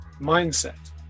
mindset